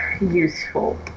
useful